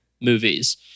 movies